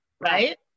Right